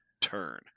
turn